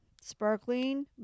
Sparkling